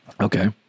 Okay